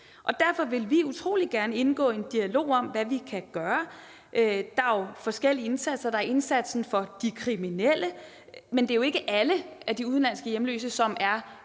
derfor vil vi utrolig gerne indgå i en dialog om, hvad vi kan gøre. Der er jo forskellige indsatser. Der er indsatsen for de kriminelle, men det er jo ikke alle de udenlandske hjemløse, som er kriminelle,